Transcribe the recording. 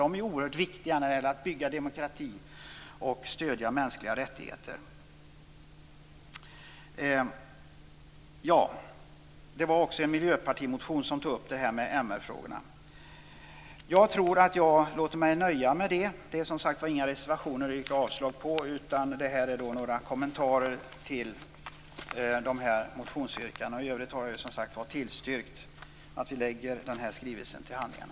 De är oerhört viktiga när det gäller att bygga demokrati och stödja mänskliga rättigheter. Även en miljöpartimotion tog upp MR-frågorna. Jag låter mig nöja med detta. Det finns som sagt inga reservationer att yrka avslag på. Detta var några kommentarer till motionsyrkandena. I övrigt har jag tillstyrkt att vi lägger den här skrivelsen till handlingarna.